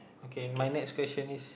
okay my next question is